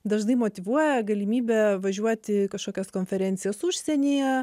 dažnai motyvuoja galimybė važiuoti į kažkokias konferencijas užsienyje